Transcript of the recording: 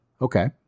Okay